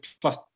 plus